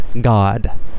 God